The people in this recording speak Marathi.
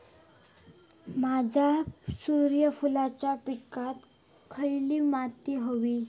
माझ्या सूर्यफुलाच्या पिकाक खयली माती व्हयी?